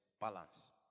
Balance